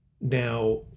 now